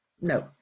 No